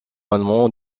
allemand